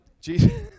Jesus